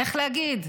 איך נגיד,